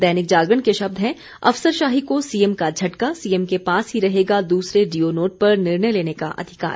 दैनिक जागरण के शब्द हैं अफसरशाही को सीएम का झटका सीएम के पास ही रहेगा दूसरे डीओ नोट पर निर्णय लेने का अधिकार